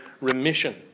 remission